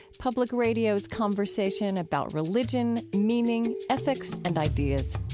public radio's conversation about religion, meaning, ethics and ideas.